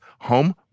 home